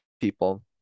people